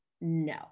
no